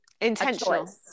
intentional